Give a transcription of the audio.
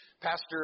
Pastor